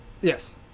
Yes